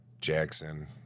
Jackson